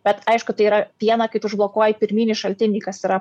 bet aišku tai yra viena kai tu užblokuoji pirminį šaltinį kas yra